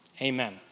Amen